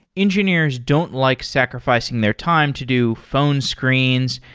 engineers don't like sacrificing their time to do phone screens,